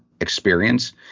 experience